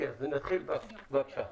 נתחיל, בבקשה.